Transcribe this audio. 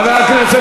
שייקח את המשכורת,